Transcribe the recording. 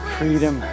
freedom